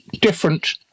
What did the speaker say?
different